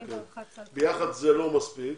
ביחד זה לא מספיק,